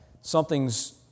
something's